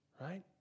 right